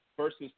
Versus